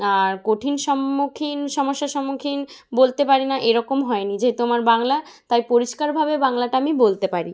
আর কঠিন সম্মুখীন সমস্যার সম্মুখীন বলতে পারি না এরকম হয়নি যেহেতু আমার বাংলা তাই পরিষ্কারভাবে বাংলাটা আমি বলতে পারি